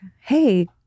hey